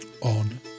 on